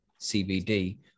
CBD